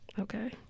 Okay